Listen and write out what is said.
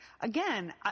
Again